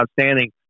outstanding